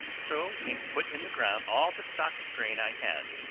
so we put in the ground all the stock of grain i had,